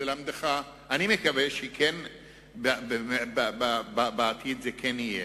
אני מקווה שבעתיד זה כן יהיה.